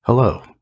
Hello